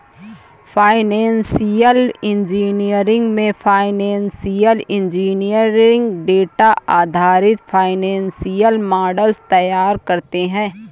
financial engineering में financial engineer data आधारित financial models तैयार करते है